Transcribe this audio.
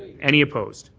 any opposed?